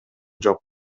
жок